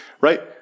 right